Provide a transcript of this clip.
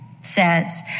says